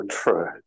true